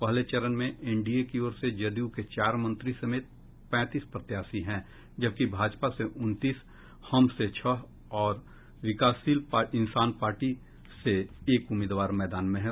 पहले चरण में एनडीए की ओर से जदयू के चार मंत्री समेत पैंतीस प्रत्याशी हैं जबकि भाजपा से उनतीस हम से छह और विकासशील इंसान पार्टी से एक उम्मीदवार मैदान में हैं